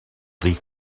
des